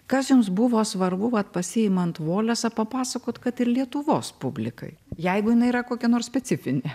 kas jums buvo svarbu vat pasiimant volesą papasakot kad ir lietuvos publikai jeigu jinai yra kokia nors specifinė